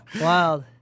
wild